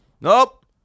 Nope